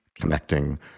connecting